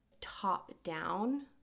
top-down